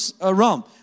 realm